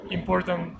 important